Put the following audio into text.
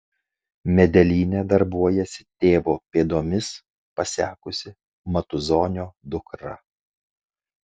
medelyne darbuojasi tėvo pėdomis pasekusi matuzonio dukra